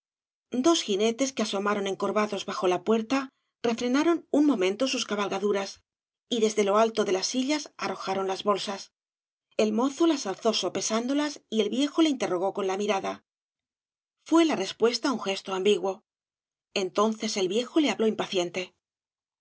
dos jinetes que asomaron encorvados bajo la puerta refrenaron un momento sus cabalgaduras y desde ib sg obras de valle inclan g lo alto de las sillas arrojaron las bolsas el mozo las alzó sopesándolas y el viejo le interrogó con la mirada fué la respuesta un gesto ambiguo entonces el viejo le habló impaciente